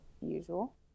usual